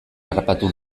harrapatu